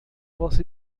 você